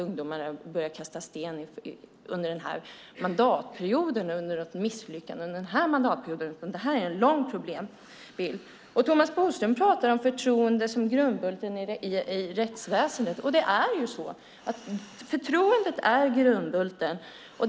Ungdomar började inte kasta sten på grund av något misslyckande under den här mandatperioden, utan det här är en problembild som har funnits länge. Thomas Bodström pratar om förtroende som grundbulten i rättsväsendet, och det är ju så - förtroendet är grundbulten.